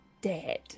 dead